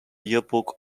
yearbook